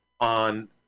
on